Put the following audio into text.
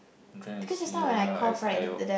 I'm trying to see right now as I'll